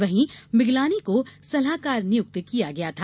वहीं मिगलानी को सलाहकार निय्क्त किया गया था